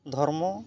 ᱫᱷᱚᱨᱢᱚ